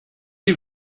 sie